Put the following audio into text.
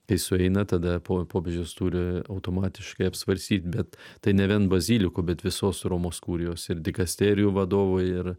kai sueina tada popiežius turi automatiškai apsvarstyt bet tai ne vien bazilikų bet visos romos kurijos ir dikasterijų vadovai ir